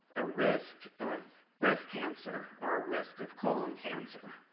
a risk of breast cancer, or a risk of colon cancer.